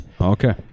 Okay